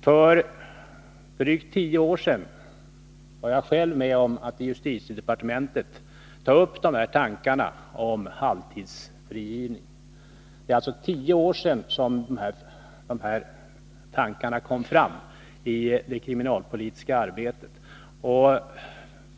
För drygt tio år sedan var jag själv med om att i justitiedepartementet ta upp dessa tankar om halvtidsfrigivning. Det är alltså tio år sedan som dessa tankar kom fram i det kriminalpolitiska arbetet.